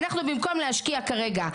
אנחנו במקום להשקיע כרגע